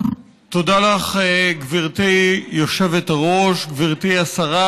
מדובר בעד שהודה לפני כמה שבועות שעדותו הייתה עדות שקר.